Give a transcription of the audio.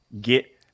Get